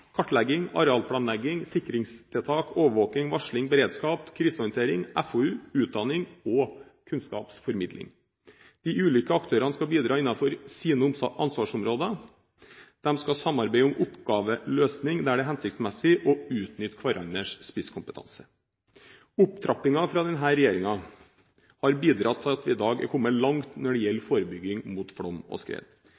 kartlegging, arealplanlegging, sikringstiltak, overvåking, varsling, beredskap, krisehåndtering, FoU, utdanning og kunnskapsformidling. De ulike aktørene skal bidra innenfor sine ansvarsområder. De skal samarbeide om oppgaveløsning der det er hensiktsmessig, og utnytte hverandres spisskompetanse. Opptrappingen fra denne regjeringen har bidratt til at vi i dag er kommet langt når det gjelder